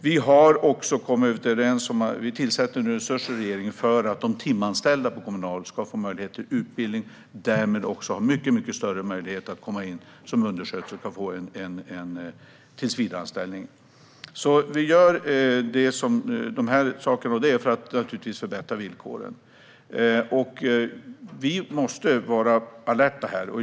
Vi har kommit överens i regeringen och tillför nu resurser för att de timanställda inom Kommunal ska få möjlighet till utbildning och därmed få mycket större möjligheter att komma in som undersköterska och få en tillsvidareanställning. Detta gör vi för att förbättra villkoren. Vi måste vara alerta.